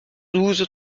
douze